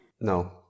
No